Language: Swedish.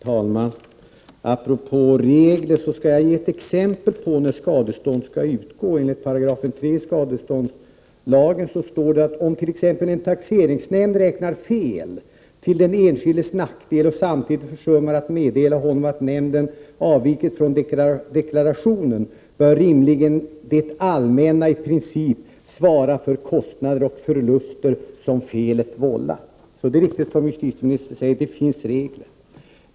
Herr talman! Apropå regler skall jag ge ett exempel på ett fall där skadestånd skall utgå. I 3 § skadeståndslagen står att om exempelvis en taxeringsnämnd räknar fel till den enskildes nackdel och samtidigt försummar att meddela honom om att nämnden avvikit från deklarationen, bör rimligen det allmänna i princip svara för kostnader och förluster som felet vållat. Det är riktigt att, som justitieministern sade, det finns regler.